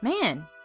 Man